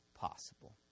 possible